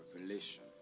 Revelation